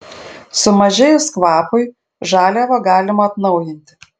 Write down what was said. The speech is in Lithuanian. sumažėjus kvapui žaliavą galima atnaujinti